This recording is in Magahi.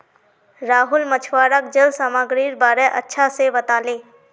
राहुल मछुवाराक जल सामागीरीर बारे अच्छा से बताले